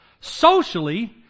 Socially